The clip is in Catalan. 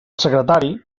secretari